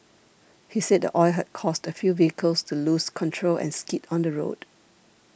he said the oil had caused a few vehicles to lose control and skid on the road